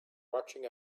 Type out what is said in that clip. watching